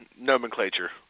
nomenclature